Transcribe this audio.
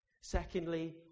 Secondly